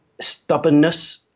stubbornness